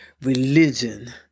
religion